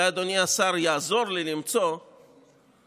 אולי אדוני השר יעזור לי למצוא איפה